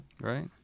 Right